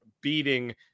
beating